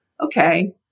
Okay